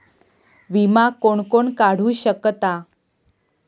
विमा कोण कोण काढू शकता?